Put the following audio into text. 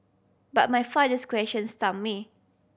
but my father's question stump me